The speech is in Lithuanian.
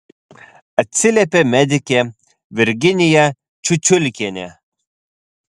atsiliepė medikė virginija čiučiulkienė